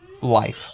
life